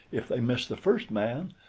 if they miss the first man,